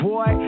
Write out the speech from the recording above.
Boy